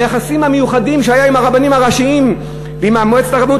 היחסים המיוחדים שהיו עם הרבנים הראשיים ועם מועצת הרבנות